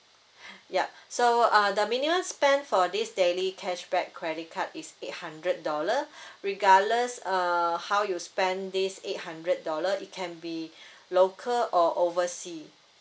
yup so uh the minimum spend for this daily cashback credit card is eight hundred dollar regardless uh how you spend this eight hundred dollar it can be local or oversea